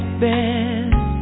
best